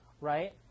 right